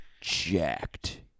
jacked